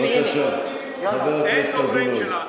בבקשה, חבר הכנסת אזולאי.